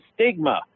stigma